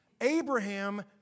Abraham